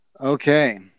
Okay